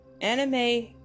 anime